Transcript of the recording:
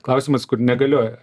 klausimas kur negalioja